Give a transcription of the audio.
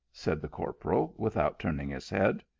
said the corporal, without turning his head.